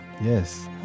Yes